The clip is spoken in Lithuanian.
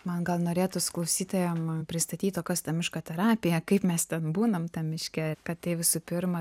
man gal norėtųs klausytojam pristatyt o kas ta miško terapija kaip mes ten būnam tam miške kad tai visų pirma